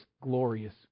glorious